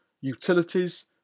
utilities